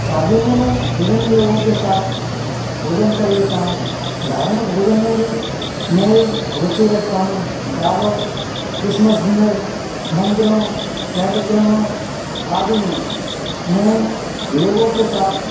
शादी में मैं विभिन्न लोगों के साथ भोजन कर लेता हूँ धार्मिक भजन में भी मैं रुचि रखता हूँ दावत क्रिसमस मंदिरों कार्यक्रमों आदि में मैं लोगों के साथ